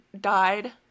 died